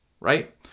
right